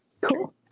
Cool